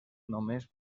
només